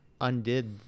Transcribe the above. undid